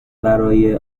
برای